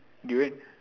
durian